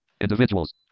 Individuals